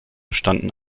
standen